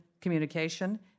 communication